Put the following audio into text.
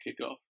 kickoff